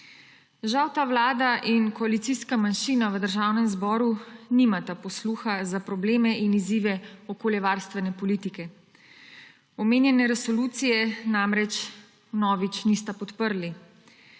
Žal ta vlada in koalicijska manjšina v Državnem zboru nimata posluha za probleme in izzive okoljevarstvene politike, omenjene resolucije namreč vnovič nista podprli.